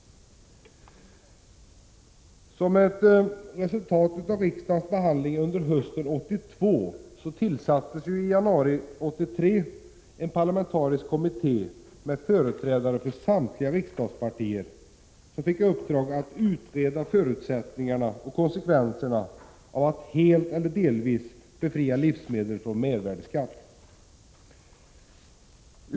Som ett resultat av riksdagens behandling av frågan under hösten 1982 tillsattes i januari 1983 en parlamentarisk kommitté med företrädare för samtliga riksdagspartier som fick i uppdrag att utreda förutsättningarna för 109 och konsekvenserna av att helt eller delvis befria livsmedel från mervärdeskatt.